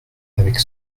avec